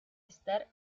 estar